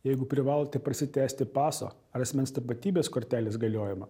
jeigu privalote prasitęsti paso ar asmens tapatybės kortelės galiojimą